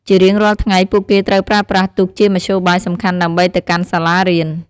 ជារៀងរាល់ថ្ងៃ ពួកគេត្រូវប្រើប្រាស់ទូកជាមធ្យោបាយសំខាន់ដើម្បីទៅកាន់សាលារៀន។